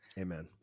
Amen